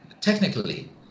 technically